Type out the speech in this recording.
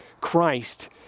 Christ